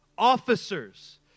Officers